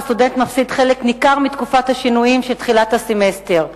הסטודנט מפסיד חלק ניכר מתקופת השינויים של תחילת הסמסטר,